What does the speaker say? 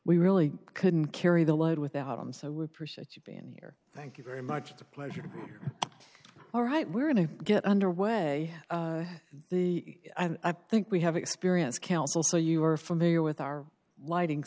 we really couldn't carry the load without them so we appreciate you being here thank you very much the pleasure all right we're going to get under way the i think we have experience counsel so you are familiar with our lighting